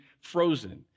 frozen